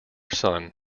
son